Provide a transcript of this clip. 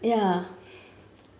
ya